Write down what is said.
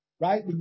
right